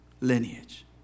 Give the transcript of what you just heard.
lineage